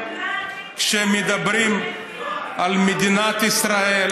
כשמדברים על מדינת ישראל,